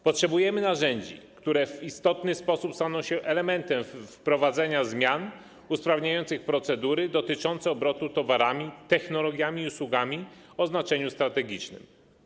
Potrzebujemy narzędzi, które w istotny sposób staną się elementem wprowadzania zmian usprawniających procedury dotyczące obrotu towarami, technologiami i usługami o znaczeniu strategicznym.